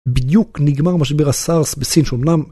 בדיוק נגמר משבר הסארס בסין שאומנם